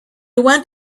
went